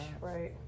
Right